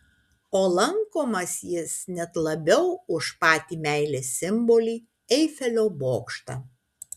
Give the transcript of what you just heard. o lankomas jis net labiau už patį meilės simbolį eifelio bokštą